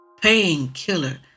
painkiller